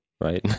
Right